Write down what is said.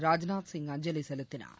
ராஜ்நாத் சிங் அஞ்சலி செலுத்தினார்